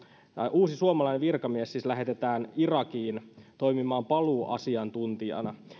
uusi suomalainen virkamies siis lähetetään irakiin toimimaan paluuasiantuntijana